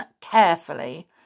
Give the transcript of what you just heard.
carefully